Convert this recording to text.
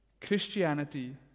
Christianity